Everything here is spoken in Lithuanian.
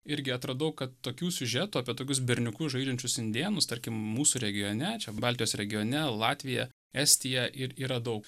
irgi atradau kad tokių siužetų apie tokius berniukus žaidžiančius indėnus tarkim mūsų regione čia baltijos regione latvija estija ir yra daug